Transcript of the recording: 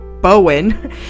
Bowen